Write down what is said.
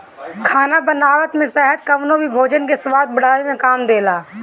खाना बनावत में शहद कवनो भी भोजन के स्वाद बढ़ावे में काम देला